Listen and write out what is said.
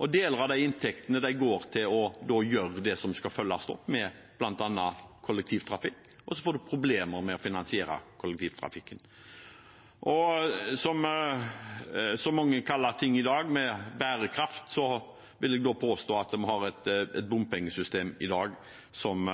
og deler av de inntektene går til å gjøre det som skal følges opp av bl.a. kollektivtrafikk, og så får en problemer med å finansiere kollektivtrafikken. Og til bærekraft, som mange kaller det i dag: Jeg vil påstå at vi har et bompengesystem i dag som